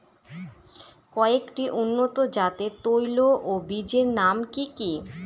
কয়েকটি উন্নত জাতের তৈল ও বীজের নাম কি কি?